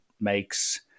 makes